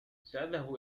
سأذهب